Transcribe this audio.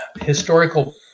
historical